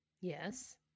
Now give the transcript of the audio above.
Yes